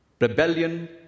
rebellion